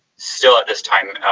still at this time,